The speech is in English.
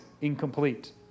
incomplete